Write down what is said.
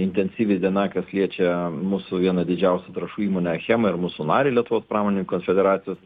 intensyvi diena kas liečia mūsų vieną didžiausių trąšų įmonę achemą ir mūsų narį lietuvos pramoninkų federacijos